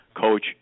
Coach